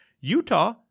Utah